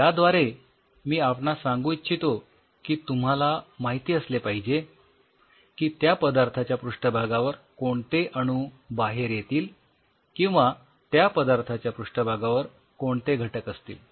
याद्वारे मी असे सांगू इच्छितो की तुम्हाला माहिती असले पाहिजे की त्या पदार्थाच्या पृष्ठभागावर कोणते अणू बाहेर येतील किंवा त्या पदार्थाच्या पृष्ठभागावर कोणते घटक असतील